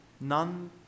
None